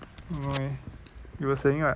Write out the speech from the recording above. don't know eh you were saying what